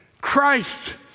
Christ